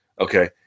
Okay